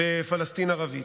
ו"פלסטין ערבית".